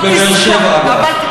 אבל, בבאר-שבע, אגב.